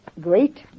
great